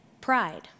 pride